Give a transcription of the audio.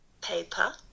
paper